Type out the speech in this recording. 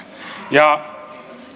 ja